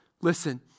Listen